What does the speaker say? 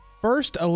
first